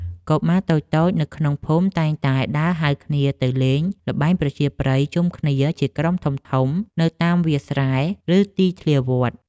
កុមារតូចៗនៅក្នុងភូមិតែងតែដើរហៅគ្នាទៅលេងល្បែងប្រជាប្រិយជុំគ្នាជាក្រុមធំៗនៅតាមវាលស្រែ ឬទីធ្លាវត្ត។